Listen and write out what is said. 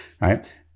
right